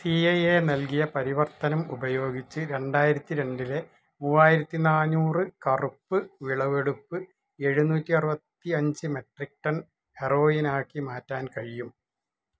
C I A നൽകിയ പരിവർത്തനം ഉപയോഗിച്ച് രണ്ടായിരത്തിരണ്ടിലെ മൂവ്വായിരത്തിനാഞ്ഞുറ് കറുപ്പ് വിളവെടുപ്പ് എഴുന്നൂറ്റി അറുപത്തി അഞ്ച് മെട്രിക് ടൺ ഹെറോയിനാക്കി മാറ്റാൻ കഴിയും